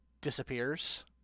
disappears